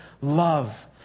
love